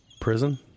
Prison